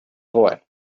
boy